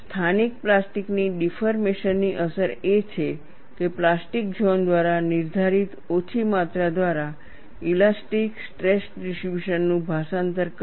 સ્થાનિક પ્લાસ્ટિકની ડિફોર્મેશનની અસર એ છે કે પ્લાસ્ટિક ઝોન દ્વારા નિર્ધારિત ઓછી માત્રા દ્વારા ઇલાસ્ટિક સ્ટ્રેસ ડિસ્ટ્રિબ્યુશનનું ભાષાંતર કરવું